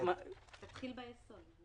נתחיל בחוק היסוד.